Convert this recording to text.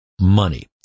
money